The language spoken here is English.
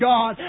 God